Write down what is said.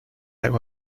hago